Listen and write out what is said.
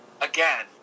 again